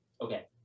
Okay